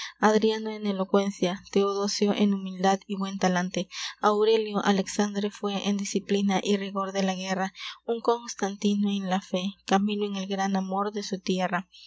adriano en eloquenia teodosio en vmildad y buen talante aurelio alexandre fue en diiplina y rigor de la guerra vn costantino en la fe camilo en el gran amor de su tierra